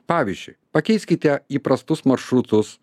pavyzdžiui pakeiskite įprastus maršrutus